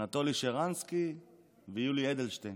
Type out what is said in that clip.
אנטולי שרנסקי ויולי אדלשטיין,